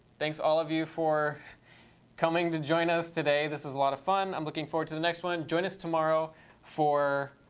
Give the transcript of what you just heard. thanks to all of you for coming to join us today. this was a lot of fun. i'm looking forward to the next one. join us tomorrow for